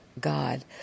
God